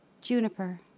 Juniper